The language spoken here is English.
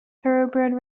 thoroughbred